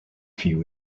few